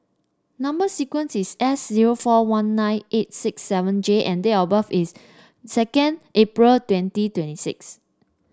number sequence is S zero four one nine eight six seven J and date of birth is second April twenty twenty six